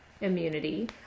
immunity